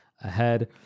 ahead